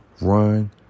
run